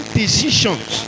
decisions